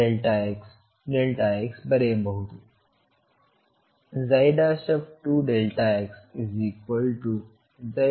ಬರೆಯಬಹುದು